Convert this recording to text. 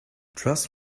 trust